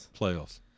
playoffs